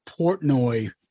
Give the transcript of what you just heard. portnoy